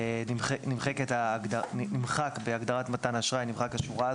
נמחקת השורה הזאת בהגדרת מתן אשראי.